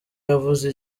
yavuze